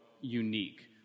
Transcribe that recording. unique